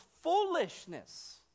foolishness